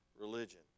religion